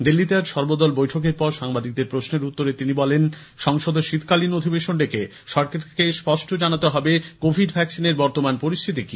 দিল্লিতে আজ সর্বদল বৈঠকের পর সাংবাদিকদের প্রশ্নের উত্তরে তিনি বলেন সংসদের শীতকালীন অধিবেশন ডেকে সরকারকে স্পষ্ট জানাতে হবে কোভিড ভ্যাকসিনের বর্তমান পরিস্থিতি কি